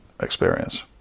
experience